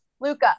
Luca